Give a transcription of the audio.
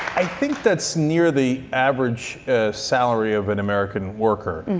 i think that's near the average salary of an american worker.